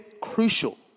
crucial—